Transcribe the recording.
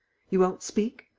you won't speak?